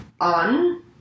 on